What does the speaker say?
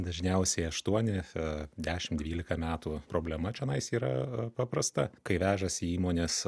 dažniausiai aštuoni a dešim dvylika metų problema čionais yra paprasta kai vežasi įmonės